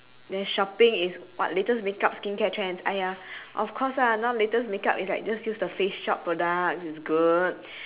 then shopping is what latest makeup skincare trends of course now latest makeup is like just use the face shop product it's good